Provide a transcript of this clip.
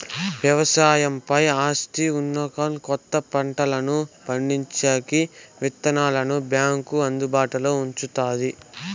వ్యవసాయం పై ఆసక్తి ఉన్నోల్లకి కొత్త పంటలను పండించేకి విత్తనాలను బ్యాంకు అందుబాటులో ఉంచుతాది